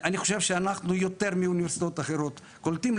אני חושב שאנחנו יותר מהאוניברסיטאות האחרות קולטים,